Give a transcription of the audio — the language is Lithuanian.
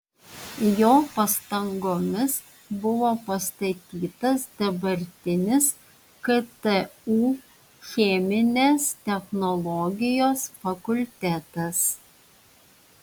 jo pastangomis buvo pastatytas dabartinis ktu cheminės technologijos fakultetas